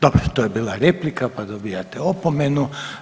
Dobro to je bila replika pa dobivate opomenu.